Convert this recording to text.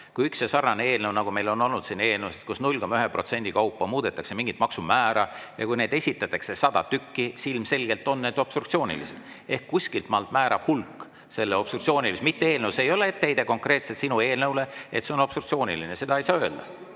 Kui on sarnased eelnõud, nagu meil on olnud siin eelnõusid, kus 0,1% kaupa muudetakse mingit maksumäära, ja kui neid esitatakse 100 tükki, siis ilmselgelt on need obstruktsioonilised. Kuskilt maalt määrab hulk selle obstruktsioonilisuse, mitte eelnõu. See ei ole etteheide konkreetselt sinu eelnõu kohta, et see on obstruktsiooniline, seda ei saa öelda.